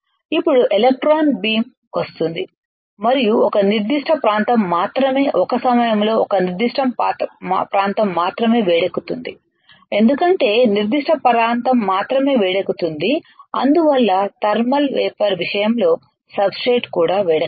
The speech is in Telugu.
ఇప్పుడు ఎలక్ట్రాన్ బీమ్ వస్తుంది మరియు ఒక నిర్దిష్ట ప్రాంతం మాత్రమే ఒక సమయంలో ఒక నిర్దిష్ట ప్రాంతం మాత్రమే వేడెక్కుతుంది ఎందుకంటే నిర్దిష్ట ప్రాంతం మాత్రమే వేడెక్కుతుంది అందువల్ల థర్మల్ వేపర్ విషయంలో సబ్ స్ట్రేట్ కూడా వేడెక్కదు